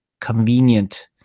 convenient